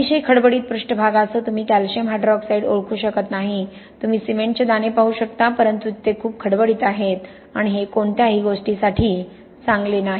अतिशय खडबडीत पृष्ठभागासह तुम्ही कॅल्शियम हायड्रॉक्साईड ओळखू शकत नाही तुम्ही सिमेंटचे दाणे पाहू शकता परंतु ते खूप खडबडीत आहेत आणि हे कोणत्याही गोष्टीसाठी चांगले नाही